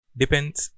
depends।